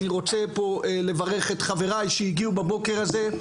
אני רוצה לברך את חבריי שהגיעו בבוקר הזה,